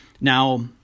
Now